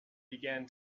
began